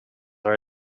are